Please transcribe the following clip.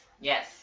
Yes